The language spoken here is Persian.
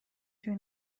توی